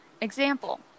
Example